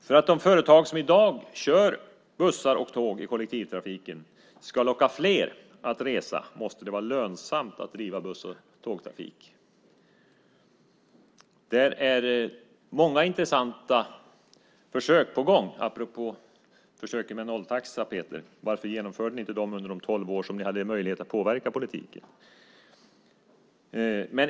För att de företag som i dag kör bussar och tåg i kollektivtrafiken ska locka fler att resa måste det vara lönsamt att driva buss och tågtrafik. Där finns många intressanta försök på gång. Apropå försöken med nolltaxa, Peter Pedersen, varför genomförde ni dem inte under de tolv år ni hade möjlighet att påverka politiken?